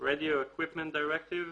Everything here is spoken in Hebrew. "Radio Equipment Directive